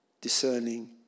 discerning